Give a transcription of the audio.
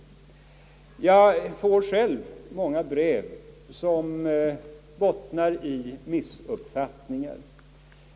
Jag får själv många brev som bottnar i missuppfattningar.